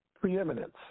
preeminence